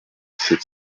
sept